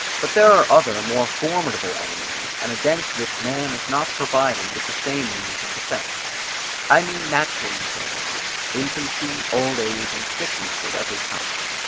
but there are other more formidable enemies, and against which man is not provided with the same means of defence i mean natural infirmities, infancy, old age, and sickness of every kind,